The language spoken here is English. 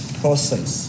process